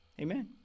Amen